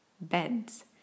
Beds